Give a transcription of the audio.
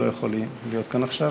שלא יכול להיות כאן עכשיו.